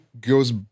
goes